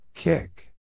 Kick